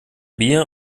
bier